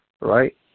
right